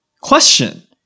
question